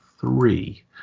three